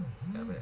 my bad